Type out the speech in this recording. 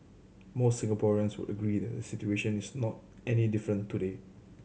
most Singaporeans would agree that the situation is not any different today